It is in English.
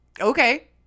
Okay